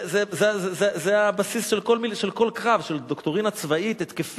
זה הבסיס של כל קרב, של דוקטרינה צבאית-התקפית.